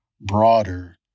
broader